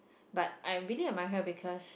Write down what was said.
but I really admire her because